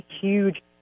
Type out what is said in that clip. huge